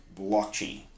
blockchain